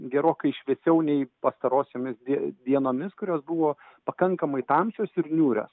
gerokai šviesiau nei pastarosiomis die dienomis kurios buvo pakankamai tamsios ir niūrios